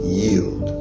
yield